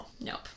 nope